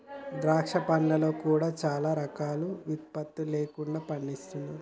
ద్రాక్ష పండ్లలో కూడా చాలా రకాలు విత్తులు లేకుండా కూడా పండిస్తున్నారు